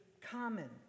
common